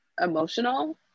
emotional